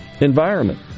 environment